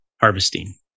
harvesting